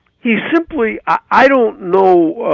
he simply. i don't know.